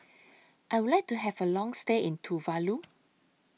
I Would like to Have A Long stay in Tuvalu